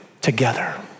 together